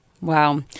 Wow